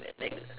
like